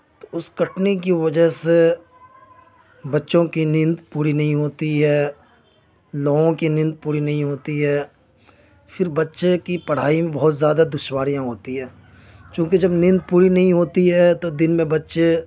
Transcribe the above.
تو اس کٹنے کی وجہ سے بچوں کی نیند پوری نہیں ہوتی ہے لوگوں کی نیند پوری نہیں ہوتی ہے پھر بچے کی پڑھائی میں بہت زیادہ دشواریاں ہوتی ہے چونکہ جب نیند پوری نہیں ہوتی ہے تو دن میں بچے